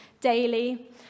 daily